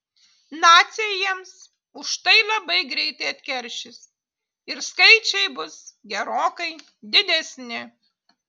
naciai jiems už tai labai greitai atkeršys ir skaičiai bus gerokai didesni